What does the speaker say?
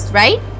right